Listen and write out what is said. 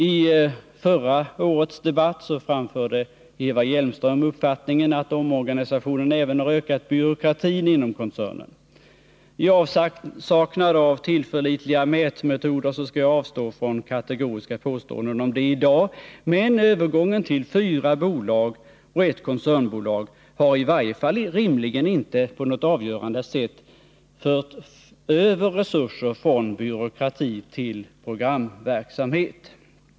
I förra årets debatt framförde Eva Hjelmström uppfattningen att omorganisationen även har ökat byråkratin inom koncernen. I avsaknad av tillförlitliga mätmetoder skall jag avstå från kategoriska påståenden om det i dag, men övergången till fyra bolag och ett koncernbolag har i varje fall rimligen inte på något avgörande sätt fört över resurser från byråkrati till programverksamhet.